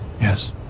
Yes